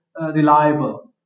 reliable